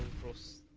first